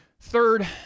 Third